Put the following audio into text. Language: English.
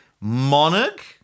Monarch